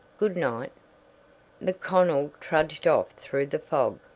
good-night. macconnell trudged off through the fog,